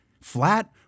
Flat